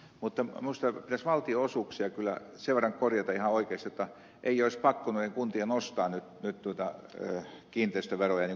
minusta pitäisi valtionosuuksia kyllä sen verran korjata ihan oikeasti jotta kuntien ei olisi pakko nostaa kiinteistöveroja niin kuin näköjään käy